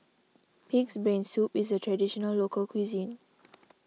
Pig's Brain Soup is a Traditional Local Cuisine